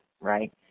right